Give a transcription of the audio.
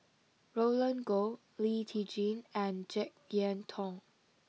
Roland Goh Lee Tjin and Jek Yeun Thong